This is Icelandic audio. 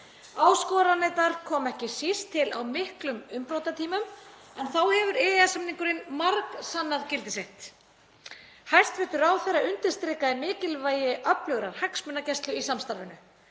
Áskoranirnar koma ekki síst til á miklum umbrotatímum, en þá hefur EES-samningurinn margsannað gildi sitt. Hæstv. ráðherra undirstrikaði mikilvægi öflugrar hagsmunagæslu í samstarfinu.